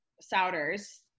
Souders